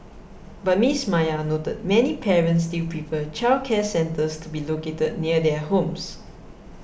but Miss Maya noted many parents still prefer childcare centres to be located near their homes